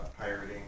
pirating